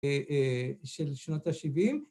‫של שנות ה-70.